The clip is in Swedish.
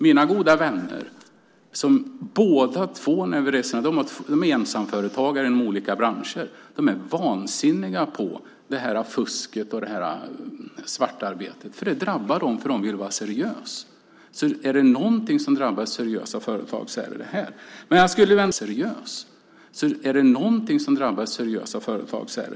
Jag har goda vänner som är ensamföretagare inom olika branscher och som är vansinniga på fusket och svartarbetet. Det drabbar dem, för de vill vara seriösa. Är det någonting som drabbar seriösa företag är det just det.